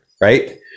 right